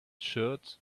shirt